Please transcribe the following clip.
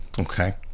Okay